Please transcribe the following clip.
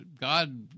God